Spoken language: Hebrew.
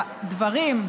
והדברים,